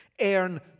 earn